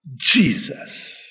Jesus